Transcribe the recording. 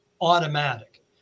automatic